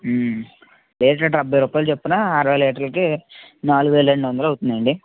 litre డెబ్బై రూపాయలు చొప్పున అరవై లీటర్లకి నాలుగు వేల రెండు వందలు అవుతుందండి